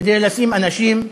כדי לשים אנשים,